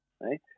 right